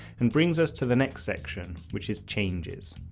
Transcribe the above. and brings us to the next section, which is changes.